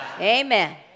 Amen